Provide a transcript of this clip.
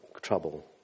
trouble